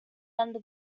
under